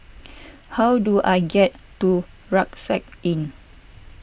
how do I get to Rucksack Inn